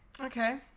Okay